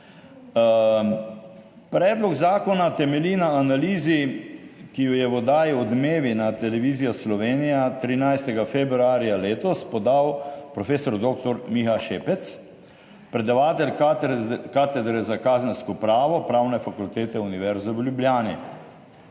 predlog zakona temelji na analizi, ki jo je v oddaji Odmevi na Televiziji Slovenija 13. februarja letos podal profesor dr. Miha Šepec, predavatelj Katedre za kazensko pravo Pravne fakultete Univerze v Mariboru.